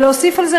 ולהוסיף על זה,